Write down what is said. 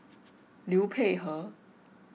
Liu Peihe